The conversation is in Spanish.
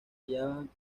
hallaban